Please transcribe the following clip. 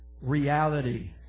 reality